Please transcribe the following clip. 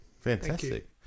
fantastic